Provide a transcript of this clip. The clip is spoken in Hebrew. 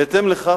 בהתאם לכך,